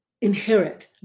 inherit